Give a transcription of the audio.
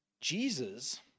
Jesus